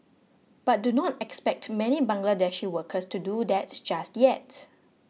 but do not expect many Bangladeshi workers to do that just yet